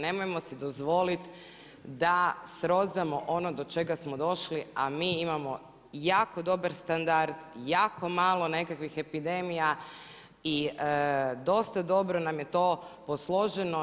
Nemojmo si dozvolit da srozamo ono do čega smo došli, a mi imamo jako dobar standard, jako malo nekakvih epidemija i dosta dobro nam je to posloženo.